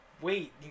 wait